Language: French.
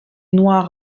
noir